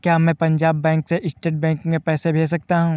क्या मैं पंजाब बैंक से स्टेट बैंक में पैसे भेज सकता हूँ?